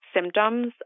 symptoms